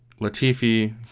Latifi